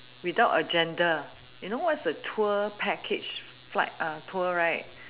without agenda you know what is a tour package flight tour right